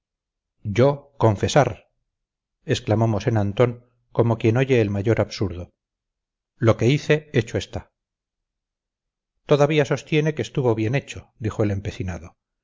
yo confesar exclamó mosén antón como quien oye el mayor absurdo lo que hice hecho está todavía sostiene que estuvo bien hecho dijo el empecinado